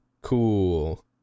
Cool